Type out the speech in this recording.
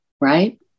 right